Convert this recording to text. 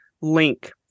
link